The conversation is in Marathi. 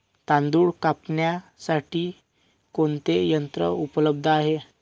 तांदूळ कापण्यासाठी कोणते यंत्र उपलब्ध आहे?